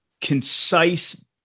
concise